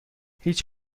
هیچ